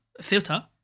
Filter